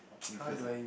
you first ah